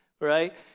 right